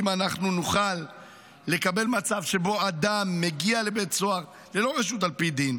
אם אנחנו נוכל לקבל מצב שבו אדם מגיע לבית סוהר ללא רשות על פי דין,